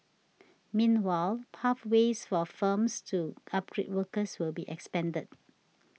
meanwhile pathways for firms to upgrade workers will be expanded